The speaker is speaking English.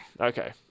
Okay